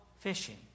Fishing